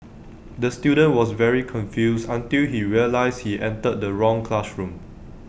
the student was very confused until he realised he entered the wrong classroom